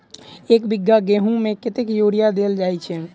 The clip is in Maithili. एक बीघा गेंहूँ मे कतेक यूरिया देल जाय छै?